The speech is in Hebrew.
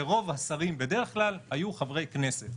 ורוב השרים בדרך כלל היו חברי כנסת.